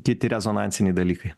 kiti rezonansiniai dalykai